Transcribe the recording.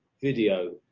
video